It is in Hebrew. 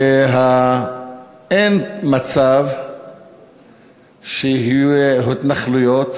שאין מצב שיהיו התנחלויות